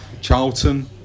Charlton